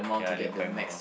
ya the required amount